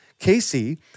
Casey